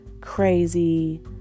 crazy